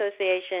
Association